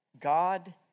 God